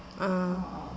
uh